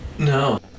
No